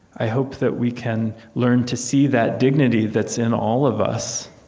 i hope that we can learn to see that dignity that's in all of us,